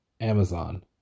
Amazon